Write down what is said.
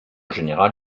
général